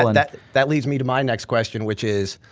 and that that leads me to my next question which is,